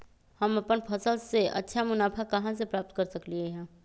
हम अपन फसल से अच्छा मुनाफा कहाँ से प्राप्त कर सकलियै ह?